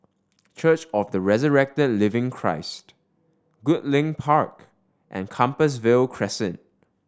Church of the Resurrected Living Christ Goodlink Park and Compassvale Crescent